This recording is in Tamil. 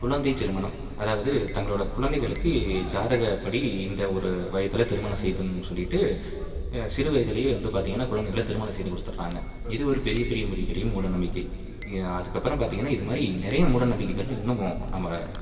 குழந்தை திருமணம் அதாவது தங்களோட குழந்தைகளுக்கு ஜாதகப்படி இந்த ஒரு வயதில் திருமணம் செய்துடணுன்னு சொல்லிவிட்டு சிறுவயதுலேயே வந்து பார்த்திங்கன்னா குழந்தைகள திருமணம் செய்து கொடுத்துர்றாங்க இது ஒரு பெரிய பெரிய பெரிய பெரிய மூடநம்பிக்கை அதுக்கப்புறம் பார்த்திங்கன்னா இதுமாதிரி நிறையா மூடநம்பிக்கைகள் இன்னும் நம்ம